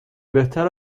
بهتر